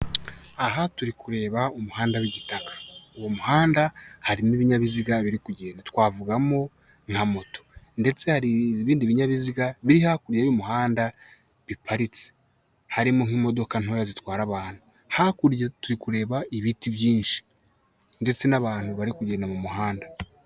Aha turi kureba umuhanda w'igitaka. Uwo muhanda harimo ibinyabiziga biri kugenda, twavugamo nka moto ndetse hari ibindi binyabiziga biri hakurya y'umuhanda biparitse, harimo nk'imodoka ntoya zitwara abantu. Hakurya turi kureba ibiti byinshi ndetse n'abantu bari kugenda mu muhanda.